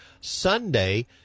Sunday